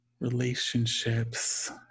relationships